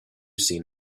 seen